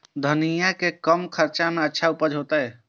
धनिया के कम खर्चा में अच्छा उपज होते?